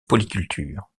polyculture